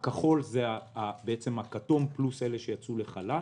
הכחול זה הכתום פלוס אלה שיצאו לחל"ת,